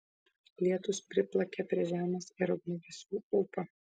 lietūs priplakė prie žemės ir ugniagesių ūpą